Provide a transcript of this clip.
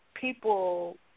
people